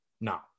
no